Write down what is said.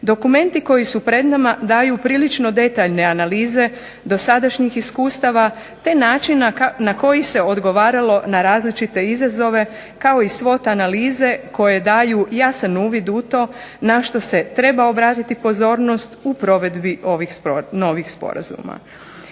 Dokumenti koji su pred nama daju prilično detaljne analize dosadašnjih iskustava, te načina na koji se odgovaralo na različite izazove, kao i svot analize koje daju jasan uvid u to na što se treba obratiti pozornost u provedbi ovih novih sporazuma.